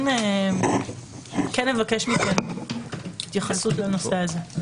כן אבקש מכם התייחסות לנושא הזה.